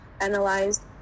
analyzed